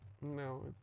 no